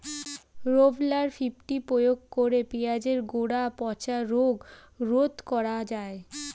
Rovral fifty প্রয়োগ করে পেঁয়াজের গোড়া পচা রোগ রোধ করা যায়?